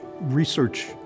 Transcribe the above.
research